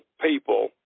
people